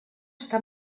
està